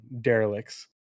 derelicts